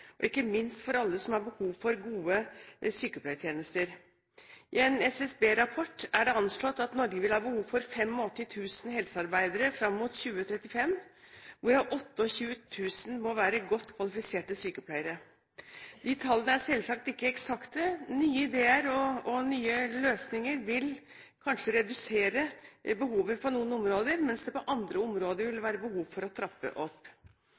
og ikke minst for alle som har behov for gode sykepleietjenester. I en SSB-rapport er det anslått at Norge vil ha behov for 85 000 helsearbeidere fram mot 2035, hvorav 28 000 må være godt kvalifiserte sykepleiere. De tallene er selvsagt ikke eksakte – nye ideer og nye løsninger vil kanskje redusere behovet på noen områder, mens det på andre områder vil være behov for å trappe opp.